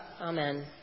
amen